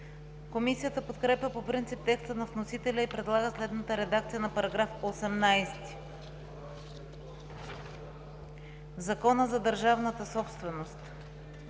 Комисията подкрепя по принцип текста на вносителя и предлага следната редакция на § 18: „§ 18. В Закона за държавната собственост